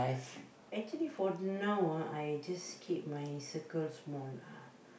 actually for now ah I just keep my circle small lah